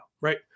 right